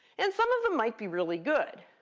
and some of them might be really good.